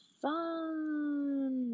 fun